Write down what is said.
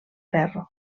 ferro